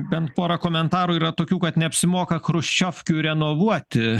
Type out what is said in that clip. bent pora komentarų yra tokių kad neapsimoka chruščiovkių renovuoti